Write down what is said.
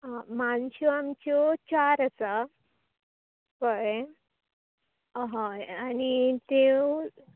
आं मानश्यो आमच्यो चार आसा कळ्ळे आं होय आनी त्योव